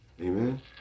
Amen